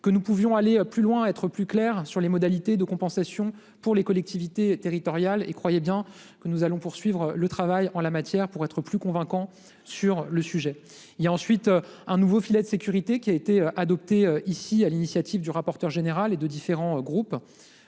que nous pouvions aller plus loin, être plus clair sur les modalités de compensation pour les collectivités territoriales et croyez bien que nous allons poursuivre le travail en la matière pour être plus convainquant sur le sujet il y a ensuite un nouveau filet de sécurité qui a été adopté ici à l'initiative du rapporteur général et de différents groupes,